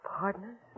partners